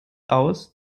aus